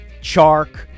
Chark